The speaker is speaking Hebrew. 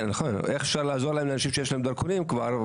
אפשר לעזור לאנשים שיש להם כבר דרכונים.